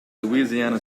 louisiana